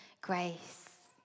grace